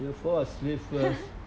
you fall asleep first